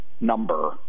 number